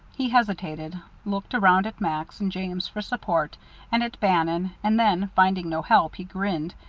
he hesitated, looked around at max and james for support and at bannon, and then, finding no help, he grinned,